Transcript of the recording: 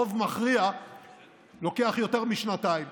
רוב מכריע לוקח יותר משנתיים.